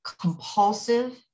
compulsive